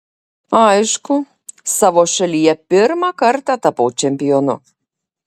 aišku savo šalyje pirmą kartą tapau čempionu